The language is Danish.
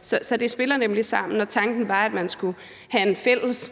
så det spiller nemlig sammen. Og tanken var, at man måske skulle have en fælles